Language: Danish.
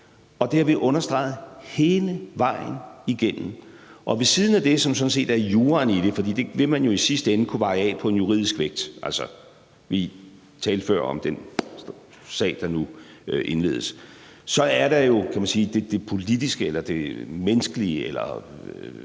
og det har vi understreget hele vejen igennem. Ved siden af det, som sådan er juraen i det, for det vil man jo i sidste ende kunne veje af på en juridisk vægt – og vi talte før om den sag, der nu indledes – så er der jo, kan man sige, det politiske eller det menneskelige eller